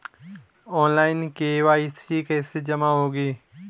Online KYC कैसे जमा होगी?